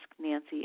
Nancy